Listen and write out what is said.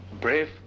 brave